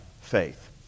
faith